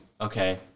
okay